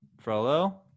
Frollo